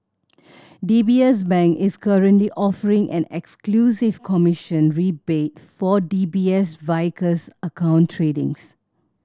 D B S Bank is currently offering an exclusive commission rebate for D B S Vickers account tradings